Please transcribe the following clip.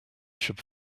should